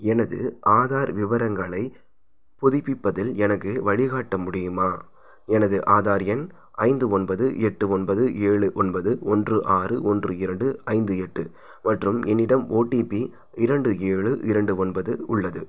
எனது ஆதார் விவரங்களை புதுப்பிப்பதில் எனக்கு வழிகாட்ட முடியுமா எனது ஆதார் எண் ஐந்து ஒன்பது எட்டு ஒன்பது ஏழு ஒன்பது ஒன்று ஆறு ஒன்று இரண்டு ஐந்து எட்டு மற்றும் என்னிடம் ஓடிபி இரண்டு ஏழு இரண்டு ஒன்பது உள்ளது